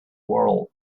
world